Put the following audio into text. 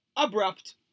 Abrupt